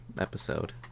episode